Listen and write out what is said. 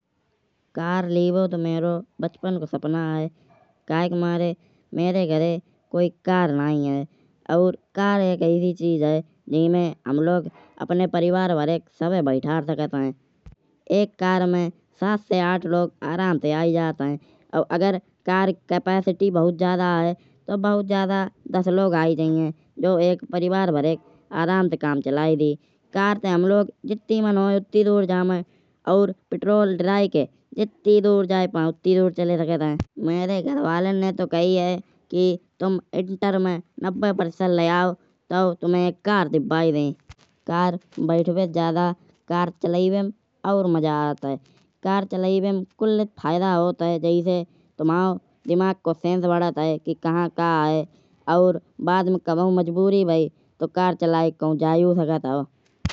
कार लीवो तौ मेरो बचपन को सपना है। काहे के मारे मेरे घराये कोई कार नाहीं है। और कार एक ऐसी चीज है। जेमे हम लोग अपने परिवार भराये का सभाये बैठार सकत है। एक कार में सात से आठ लोग आराम से आयी जात है। और अगर कार की क्षमता बहुत ज्यादा है। तौ बहुत ज्यादा दस लोग आयी जइयाँहे। जौ एक परिवार भराये को आराम से काम चलाये दिए। कार ते हम लोग जित्ती मन होय उत्ती दूर जावाये। और पेट्रोल दराये के जित्ती दूर जाये पाये उत्ती दूर चले सकत है। मेरे घरवालेन ने तौ कही है। कि तुम इंटर में नब्बे प्रतिशत लायी आओ। तौ तुम्हाये एक कार दिलवाये दये। कार में बैठिवे ते ज्यादा कार चलाइवे मा और मजा आत है। कार चलाइवे मा कुल्ल फायदा होत है। जैसे तुम्हाओ दिमाग को सेंस बढ़त है। कि कहा का है। और बाद मा मजबूरी भई तौ कार चलायी के कहूँ जाव सकत हो।